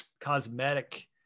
cosmetic